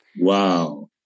Wow